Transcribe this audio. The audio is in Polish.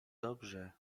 dobrze